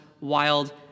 wild